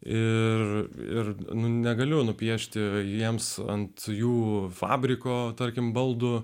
ir negaliu nupiešti jiems ant jų fabriko tarkim baldų